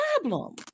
problem